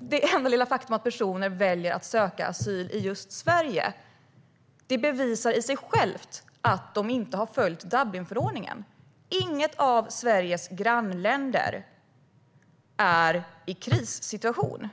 det faktum att personer väljer att söka asyl i just Sverige bevisar i sig självt att Dublinförordningen inte har följts. Inget av Sveriges grannländer är i en krissituation.